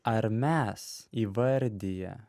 ar mes įvardiję